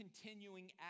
continuing